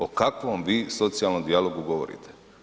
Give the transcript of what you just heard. O kakvom vi socijalnom dijalogu govorite?